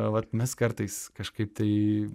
vat mes kartais kažkaip tai